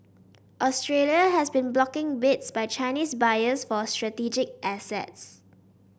Australia has been blocking bids by Chinese buyers for strategic assets